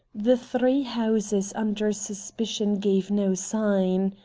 the three houses under suspicion gave no sign.